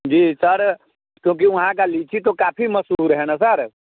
जी sir क्योंकि वहाँ का लीची तो काफ़ी मशहूर है ना सर